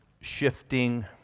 shifting